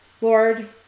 Lord